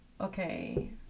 okay